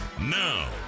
Now